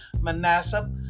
manasseh